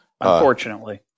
Unfortunately